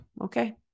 okay